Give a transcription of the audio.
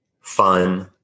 fun